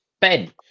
Ben